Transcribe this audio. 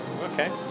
Okay